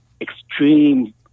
extreme